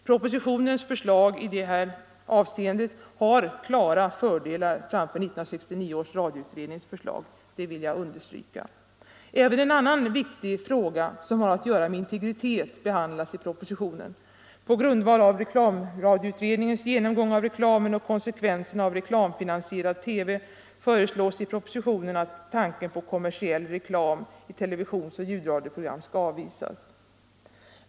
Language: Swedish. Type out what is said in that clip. Propositionens förslag i det här avseendet har klara fördelar framför 1969 års radioutrednings förslag, det vill jag understryka. Även en annan viktig fråga som har att göra med integritet behandlas i propositionen. På grundval av reklamutredningens genomgång av reklamen och konsekvenserna av reklamfinansierad TV föreslås i propositionen att tanken på kommersiell reklam i televisions och ljudradioprogram skall avvisas.